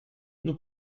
nous